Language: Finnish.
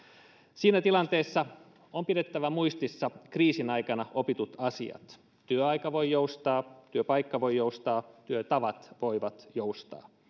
siinä tilanteessa on pidettävä muistissa kriisin aikana opitut asiat työaika voi joustaa työpaikka voi joustaa työtavat voivat joustaa